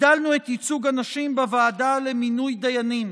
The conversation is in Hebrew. הגדלנו את ייצוג הנשים בוועדה למינוי דיינים,